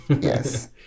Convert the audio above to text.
Yes